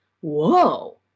whoa